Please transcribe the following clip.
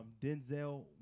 Denzel